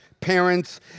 parents